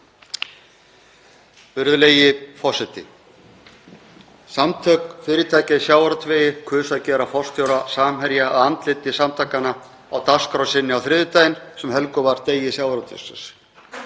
Virðulegi forseti. Samtök fyrirtækja í sjávarútvegi kusu að gera forstjóra Samherja að andliti samtakanna á dagskrá sinni á þriðjudaginn sem helguð var degi sjávarútvegsins.